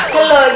Hello